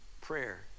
Prayer